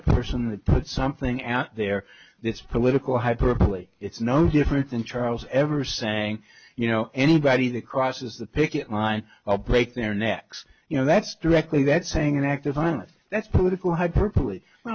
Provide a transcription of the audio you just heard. a person that put something out there this political hyperbole it's no different than charles ever saying you know anybody that crosses the picket line of break their necks you know that's directly that's saying an act of violence that's political hyperbole i